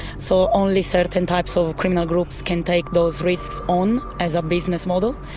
so only certain types of criminal groups can take those risks on as a business model.